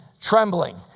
trembling